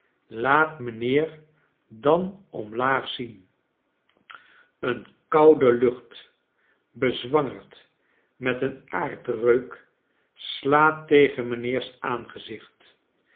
laat mijnheer dan omlaag zien een koude lucht bezwangerd met een aardreuk slaat tegen mijnheers aangezicht